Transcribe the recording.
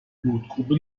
blutgruppe